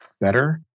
better